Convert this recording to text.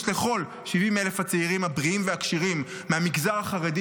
לכל 70,000 הצעירים הבריאים והכשירים מהמגזר החרדי